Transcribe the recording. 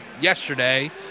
yesterday